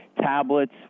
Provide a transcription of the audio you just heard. Tablets